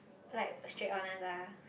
like straight honest ah